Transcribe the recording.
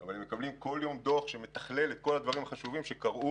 אבל הם מקבלים כל יום דוח שמתכלל את כל הדברים החשובים שקרו